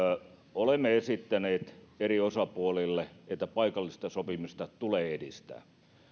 olemme esittäneet eri osapuolille että paikallista sopimista tulee edistää